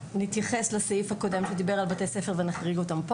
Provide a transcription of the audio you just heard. או שנתייחס לסעיף הקודם שהוא דיבר על בתי ספר ונחריג אותם פה,